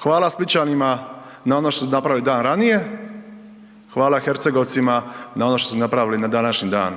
Hvala Splićanima na onom što su napravili dan ranije, hvala Hercegovcima na ono što su napravili na današnji dan.